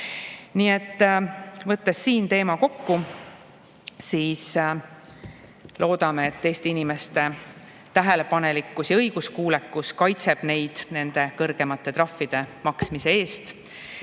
kokku võtta, siis me loodame, et Eesti inimeste tähelepanelikkus ja õiguskuulekus kaitseb neid nende kõrgemate trahvide maksmise eest.